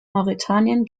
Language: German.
mauretanien